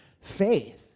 faith